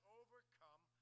overcome